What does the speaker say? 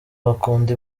bakunda